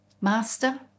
Master